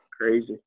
crazy